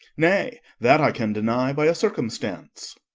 nay, that i can deny by a circumstance.